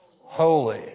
holy